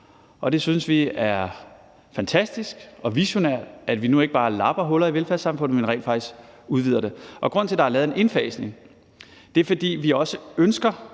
det synes vi er fantastisk og visionært – at vi nu ikke bare lapper huller i velfærdssamfundet, men rent faktisk udvider det. Og grunden til, at der er lavet en indfasning, er, at vi også ønsker